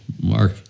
Mark